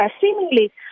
seemingly